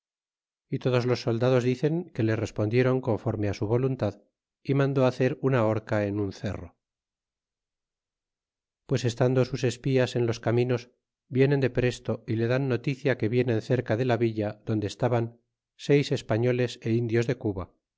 y todos los soldados dicen que le respondiéron conforme su voluntad y mandó hacer una horca en un cerro pues estando sus espias en los caminos vienen de presto y le dan noticia que vienen cerca de la villa donde estaban seis españoles é indios de cuba